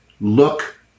look